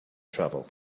travel